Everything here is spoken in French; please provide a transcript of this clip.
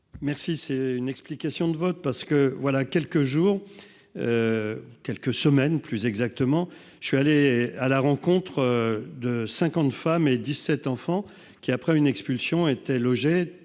Merci, c'est une explication de vote parce que voilà quelques jours. Quelques semaines plus exactement je suis allée à la rencontre de 50 femmes et 17 enfants qui après une expulsion était logé